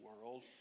world